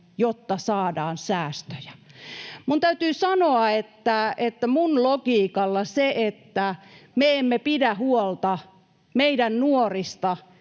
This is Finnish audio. jotta saadaan säästöjä. Täytyy sanoa, että minun logiikallani se, että me emme pidä huolta meidän nuorista,